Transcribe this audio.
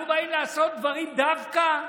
אנחנו באים לעשות דברים דווקא?